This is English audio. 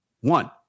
One